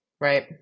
right